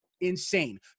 insane